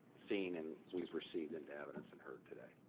seen and we've received into evidence and heard today.